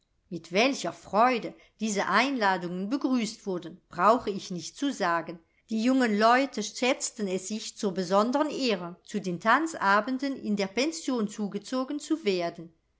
mit welcher freude diese einladungen begrüßt wurden brauche ich nicht zu sagen die jungen leute schätzten es sich zur besonderen ehre zu den tanzabenden in der pension zugezogen zu werden